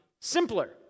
simpler